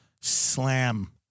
Slam